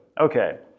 Okay